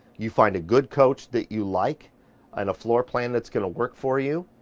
you find a good coach that you like and a floor plan that's going to work for you.